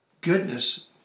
goodness